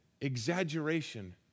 Exaggeration